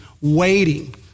waiting